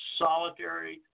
solitary